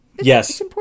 Yes